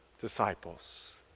disciples